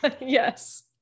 Yes